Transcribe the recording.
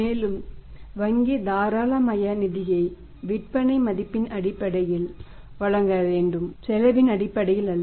மேலும் வங்கி தாராளமய நிதியை விற்பனை மதிப்பின் அடிப்படையில் வழங்க வேண்டும் செலவின் அடிப்படையில் அல்ல